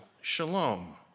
shalom